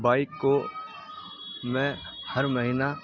bike کو میں ہر مہینہ